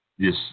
Yes